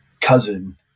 cousin